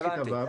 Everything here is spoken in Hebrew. עד כיתה ו'.